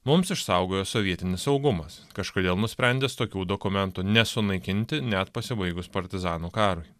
mums išsaugojo sovietinis saugumas kažkodėl nusprendęs tokių dokumentų nesunaikinti net pasibaigus partizanų karui